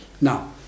Now